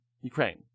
Ukraine